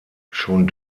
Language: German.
schon